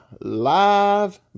live